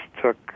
took